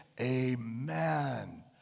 amen